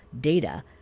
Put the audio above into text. data